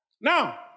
Now